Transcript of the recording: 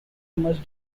much